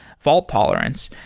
fault tolerance.